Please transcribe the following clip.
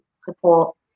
support